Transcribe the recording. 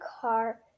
car